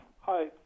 Hi